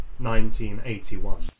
1981